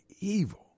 evil